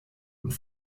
und